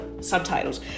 subtitles